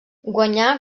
guanyà